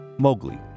Mowgli